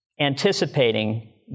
anticipating